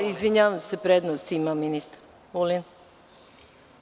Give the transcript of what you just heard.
Izvinjavam se, prednost ima ministar Vulin.